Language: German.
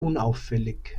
unauffällig